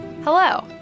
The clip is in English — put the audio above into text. Hello